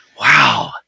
Wow